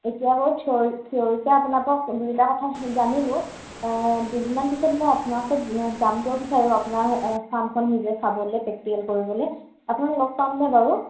এতিয়া বাৰু থিয় থিয়ৰিকে আপোনাৰ পৰা দুই এটা কথা জানিলোঁ দুদিনমান পিছত মই আপোনাৰ ওচৰত যাব বিচাৰোঁ আপোনাৰ ফাৰ্মখন নিজে চাবলৈ প্ৰেক্টিকেল কৰিবলৈ আপোনাক লগ পামনে বাৰু